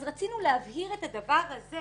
אז רצינו להבהיר את הדבר הזה